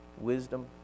wisdom